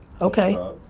Okay